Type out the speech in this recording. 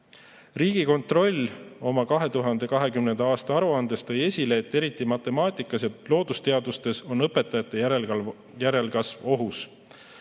Riigikontroll oma 2020. aasta aruandes tõi esile, et eriti matemaatikas ja loodusteadustes on õpetajate järelkasv ohus.